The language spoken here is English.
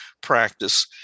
practice